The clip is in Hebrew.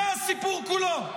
זה הסיפור כולו.